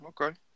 okay